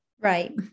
right